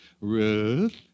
Ruth